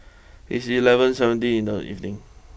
it's eleven seventeen in the evening